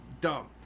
dumb